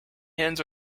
hens